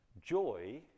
Joy